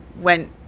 went